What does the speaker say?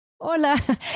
Hola